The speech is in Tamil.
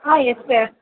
ah yes sir